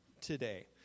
today